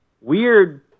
weird